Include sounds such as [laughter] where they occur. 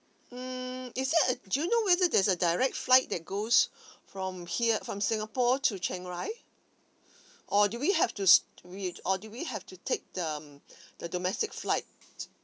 mm is there a do you know whether there's a direct flight that goes from here from singapore to chiangrai or do we have to [noise] re or do we have to take um the domestic flight